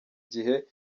gihe